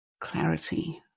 clarity